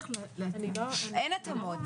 אין התאמות.